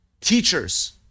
teachers